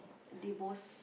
divorce